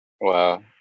Wow